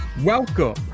Welcome